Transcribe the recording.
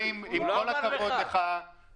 חיים, עם כל הכבוד לך -- הוא לא אמר לך.